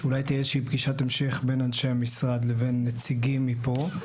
שאולי תהיה איזושהי פגישת המשך בין אנשי המשרד לבין נציגים מפה.